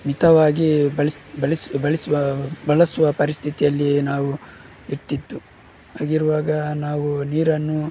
ಮಿತವಾಗಿ ಬಳಸಿ ಬಳಸಿ ಬಳಸ್ಬಾ ಬಳಸುವ ಪರಿಸ್ಥಿತಿಯಲ್ಲಿ ನಾವು ಇರ್ತಿತ್ತು ಹಾಗಿರುವಾಗ ನಾವು ನೀರನ್ನು